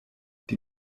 die